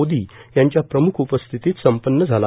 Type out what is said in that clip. मोदी यांच्या प्रमुख उपस्थितीत संपन्न झाला